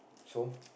so